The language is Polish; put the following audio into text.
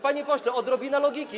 Panie pośle, odrobina logiki.